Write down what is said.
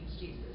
Jesus